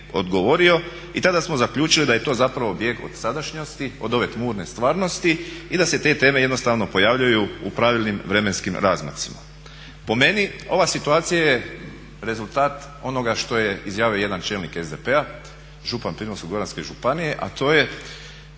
odgovorio i tada smo zaključili da je to zapravo bijeg od sadašnjosti, od ove tmurne stvarnosti i da se te teme jednostavno pojavljuju u pravilnim vremenskim razmacima. Po meni, ova situacija je rezultat onoga što je izjavio jedan čelnik SDP-a župan Primorsko-goranske županije a to je,